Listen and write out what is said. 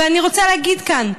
ואני רוצה להגיד כאן: